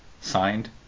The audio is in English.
signed